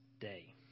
day